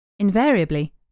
Invariably